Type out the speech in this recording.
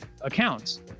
accounts